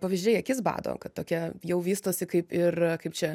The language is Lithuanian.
pavyzdžiai akis bado kad tokia jau vystosi kaip ir kaip čia